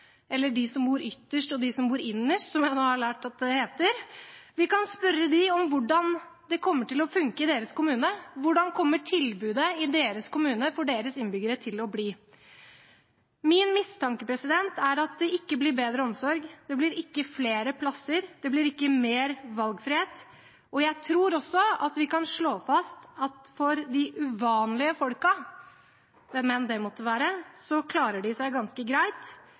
eller de som bor ytterst, og de som bor innerst, som jeg nå har lært at det heter – om hvordan det kommer til å funke i deres kommune, hvordan tilbudet i deres kommune for deres innbyggere kommer til å bli. Min mistanke er at det ikke blir bedre omsorg, det blir ikke flere plasser, og det blir ikke mer valgfrihet. Jeg tror også vi kan slå fast at de uvanlige folkene, hvem det enn måtte være, klarer seg ganske greit.